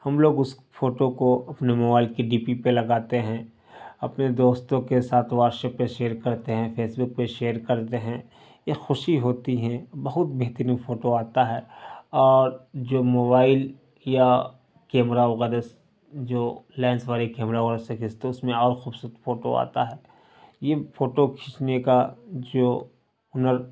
ہم لوگ اس فوٹو کو اپنے موبائل کے ڈی پی پہ لگاتے ہیں اپنے دوستوں کے ساتھ واٹس سپ پہ شیئر کرتے ہیں فیس بک پہ شیئر کرتے ہیں ایک خوشی ہوتی ہیں بہت بہترین فوٹو آتا ہے اور جو موبائل یا کیمرہ وغیرہ جو لینس والے کیمرہ وغیرہ سے کھیچتے ہیں اس میں اور خوبصورت فوٹو آتا ہے یہ فوٹو کھیچنے کا جو ہنر